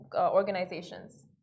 organizations